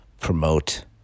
promote